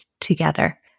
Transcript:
together